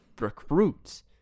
recruits